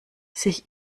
sich